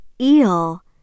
Eel